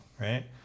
right